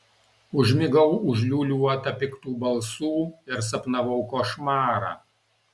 užmigau užliūliuota piktų balsų ir sapnavau košmarą